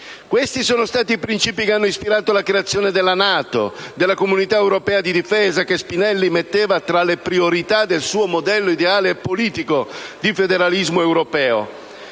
Questi sono stati i principi che hanno ispirato la creazione della NATO, della Comunità europea di difesa (che Spinelli metteva tra le priorità del suo modello ideale e politico di federalismo europeo),